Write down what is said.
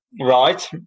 Right